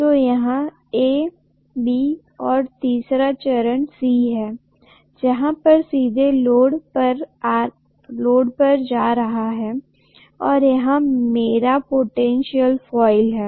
तो यहा A B और तीसरा चरण C है जहा पर सीधे लोड पर जा रहा है और यहां मेरा पोटेनशीयल कॉइल है